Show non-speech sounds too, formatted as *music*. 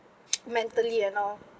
*noise* mentally you know